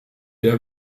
der